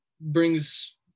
brings